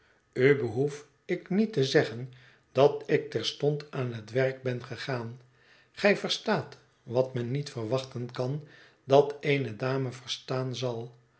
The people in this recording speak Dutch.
u behoef ik niet te zeggen dat ik terstond aan het werk ben gegaan gij verstaat wat men niet verwachten kan dat eene dame verstaan zal